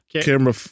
camera